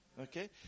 Okay